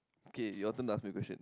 okay your turn to ask me question